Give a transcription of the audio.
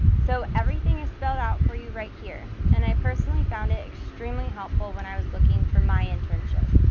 so everything is spelled out for you right here and i personally found it extremely helpful when i was looking for my internship.